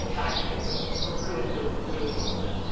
i think that goes a really, really, really long way.